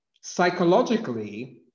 psychologically